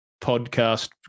Podcast